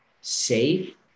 safe